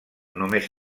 només